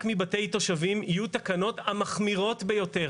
מבתי תושבים יהיו התקנות המחמירות ביותר.